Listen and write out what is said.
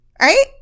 right